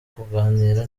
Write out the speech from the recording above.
kuganira